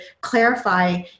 clarify